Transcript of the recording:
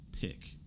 pick